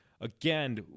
Again